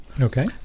Okay